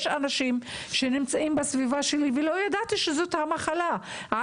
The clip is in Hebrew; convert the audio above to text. יש אנשים שנמצאים בסביבתי ולא ידעתי שיש להם את המחלה הזו